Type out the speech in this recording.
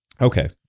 Okay